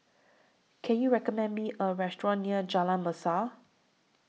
Can YOU recommend Me A Restaurant near Jalan Mesra